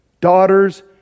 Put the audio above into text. daughters